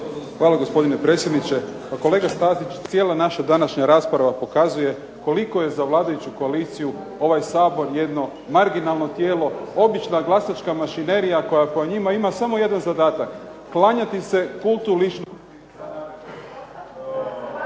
Hvala gospodine predsjedniče. Pa kolega Stazić cijela naša današnja rasprava pokazuje koliko je za vladajuću koaliciju ovaj Sabor jedno marginalno tijelo, obična glasačka mašinerija koja po njima ima samo jedan zadatak – klanjati se kultu ličnosti